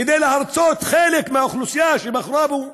כדי לרצות חלק מהאוכלוסייה שבחרה בו,